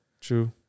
True